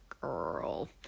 girl